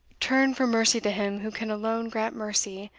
turn for mercy to him who can alone grant mercy,